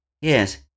Yes